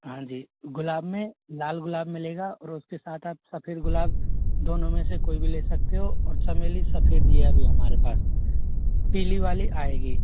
हाँ जी गुलाब में लाल गुलाब मिलेगा और उसके साथ आप सफ़ेद गुलाब दोनों में से कोई भी ले सकते हो और चमेली सफ़ेद ही है अभी हमारे पास पीली वाली आएगी